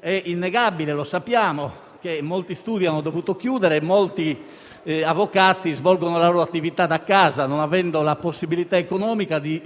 È innegabile che molti studi hanno dovuto chiudere e molti avvocati svolgono la loro attività da casa, non avendo la possibilità economica di